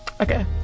Okay